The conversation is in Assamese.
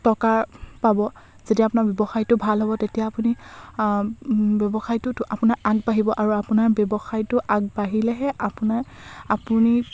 টকা পাব যেতিয়া আপোনাৰ ব্যৱসায়টো ভাল হ'ব তেতিয়া আপুনি ব্যৱসায়টোত আপোনাৰ আগবাঢ়িব আৰু আপোনাৰ ব্যৱসায়টো আগবাঢ়িলেহে আপোনাৰ আপুনি